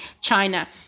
China